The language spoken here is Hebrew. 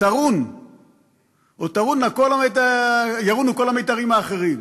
ירונו כל המיתרים האחרים.